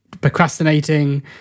procrastinating